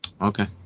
Okay